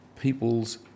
people's